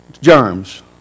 germs